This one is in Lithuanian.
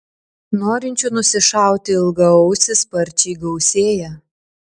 norinčių nusišauti ilgaausį sparčiai gausėja